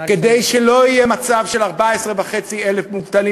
כדי שלא יהיה מצב של 14,500 מובטלים,